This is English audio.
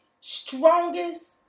strongest